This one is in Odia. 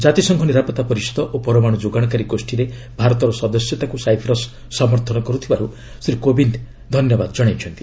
କାତିସଂଘ ନିରାପତ୍ତା ପରିଷଦ ଓ ପରମାଣ୍ର ଯୋଗାଶକାରୀ ଗୋଷୀରେ ଭାରତର ସଦସ୍ୟତାକୁ ସାଇପ୍ରସ୍ ସମର୍ଥନ କର୍ତ୍ରିବାରୁ ଶ୍ରୀ କୋବିନ୍ଦ ଧନ୍ୟବାଦ ଜଣାଇଛନ୍ତି